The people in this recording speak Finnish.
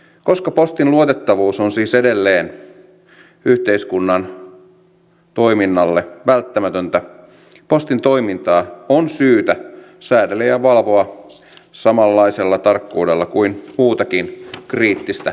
koska postin luotettavuus on siis edelleen yhteiskunnan toiminnalle välttämätöntä postin toimintaa on syytä säädellä ja valvoa samanlaisella tarkkuudella kuin muutakin kriittistä perusinfrastruktuuriamme